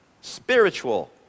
spiritual